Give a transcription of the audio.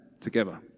together